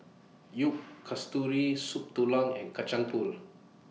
YOU Kasturi Soup Tulang and Kacang Pool